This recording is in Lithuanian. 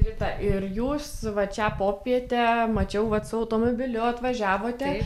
rita ir jūs vat šią popietę mačiau vat su automobiliu atvažiavote